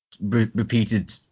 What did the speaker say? repeated